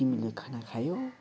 तिमीले खाना खायौ